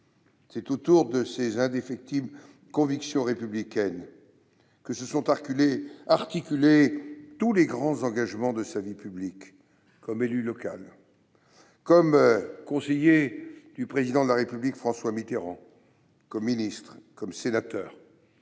C'est autour de ses indéfectibles convictions républicaines que se sont articulés tous les grands engagements de sa vie publique, comme élu local, comme conseiller du Président de la République François Mitterrand, comme ministre, comme sénateur